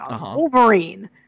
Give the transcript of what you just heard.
Wolverine